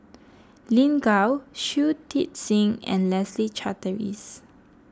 Lin Gao Shui Tit Sing and Leslie Charteris